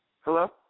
Hello